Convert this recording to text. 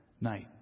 night